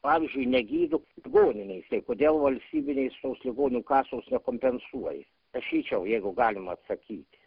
pavyzdžiui negydo ligoninės tai kodėl valstybinės tos ligonių kasos nekompensuoja prašyčiau jeigu galima atsakyti